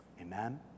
amen